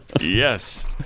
Yes